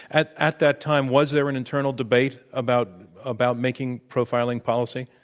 at at that time, was there an internal debate about about making profiling policy?